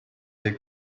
they